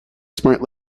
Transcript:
smart